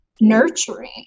nurturing